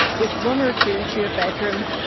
with one or two to a bedroom,